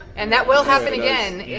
and that will happen again,